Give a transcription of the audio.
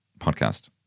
podcast